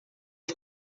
que